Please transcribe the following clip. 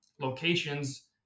locations